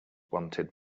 wanted